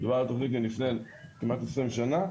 מדובר על תוכנית מלפני כמעט 20 שנה,